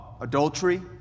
Adultery